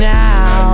now